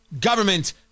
Government